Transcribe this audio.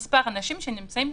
יש סנקציה?